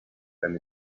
and